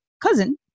cousin